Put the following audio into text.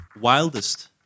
wildest